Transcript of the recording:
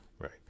Right